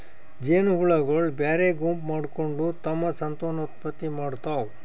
ಜೇನಹುಳಗೊಳ್ ಬ್ಯಾರೆ ಗುಂಪ್ ಮಾಡ್ಕೊಂಡ್ ತಮ್ಮ್ ಸಂತಾನೋತ್ಪತ್ತಿ ಮಾಡ್ತಾವ್